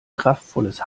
kraftvolles